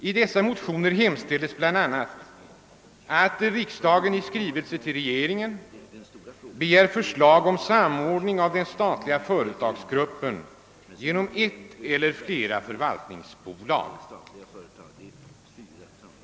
I dessa motioner hemställes bl.a. att riksdagen i skrivelse till regeringen begär förslag om samordning av den statliga företagsgruppen genom ett eller flera förvaltningsbolag.